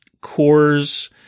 cores